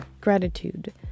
gratitude